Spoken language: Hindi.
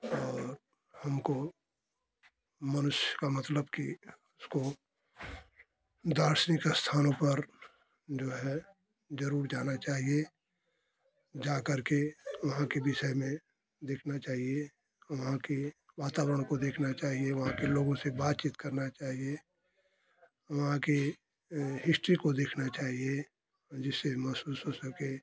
और हमको मनुष्य का मतलब कि उसको दार्शनिक स्थानों पर जो है जरूर जाना चाहिए जा करके वहाँ के विषय में देखना चाहिए वहाँ के वातावरण को देखना चाहिए वहाँ के लोगों से बातचीत करना चाहिए वहाँ की हिस्ट्री को देखना चाहिए जिससे महसूस हो सके